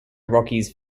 rockies